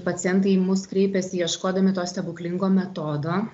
pacientai į mus kreipiasi ieškodami to stebuklingo metodo